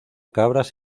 cabras